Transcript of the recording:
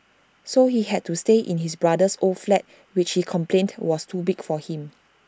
so he had to stay in his brother's old flat which he complained was too big for him